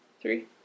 Three